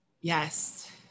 Yes